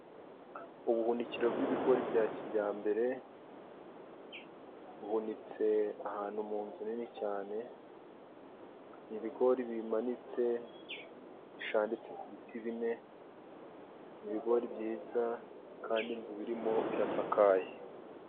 Ubuhunikiro bw'ibigori bya kijyambere buhunitse ahantu mu nzu nini cyane, ibigori bimanitse byanitse ku biti bine. Ibigori byiza kandi inzu birimo irasakaye.